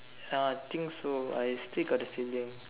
uh I think so I still got the feeling